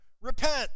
repent